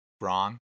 wrong